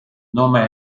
nome